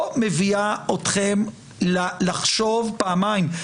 לא מביאה אתכם לחשוב פעמיים,